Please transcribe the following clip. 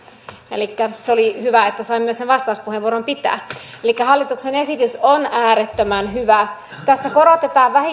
elikkä se oli hyvä että sain myös sen vastauspuheenvuoron pitää elikkä hallituksen esitys on äärettömän hyvä tässä korotetaan